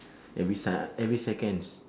every se~ every seconds